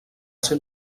ser